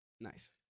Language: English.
Nice